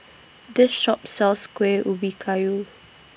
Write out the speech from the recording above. This Shop sells Kueh Ubi Kayu